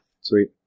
Sweet